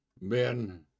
men